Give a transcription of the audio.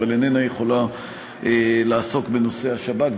אבל איננה יכולה לעסוק בנושא השב"כ,